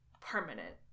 permanent